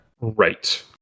Right